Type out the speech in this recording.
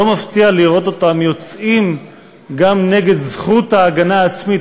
לא מפתיע לראות אותם יוצאים גם נגד זכות ההגנה העצמית,